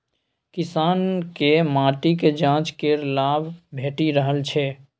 किसानकेँ माटिक जांच केर लाभ भेटि रहल छै